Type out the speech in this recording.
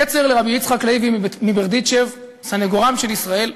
נצר לרבי יצחק לוי מברדיצ'ב, סנגורם של ישראל,